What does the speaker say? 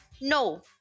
no